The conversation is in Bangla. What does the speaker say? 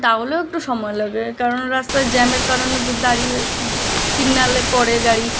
তাহলেও একটু সময় লাগে কারণ রাস্তায় জ্যামের কারণেবো দাঁড়িয়ে সিগনালে পড়ে গাড়ি